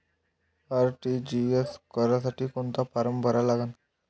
RTGS करासाठी कोंता form भरा लागन?